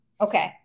Okay